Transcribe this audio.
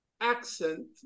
accent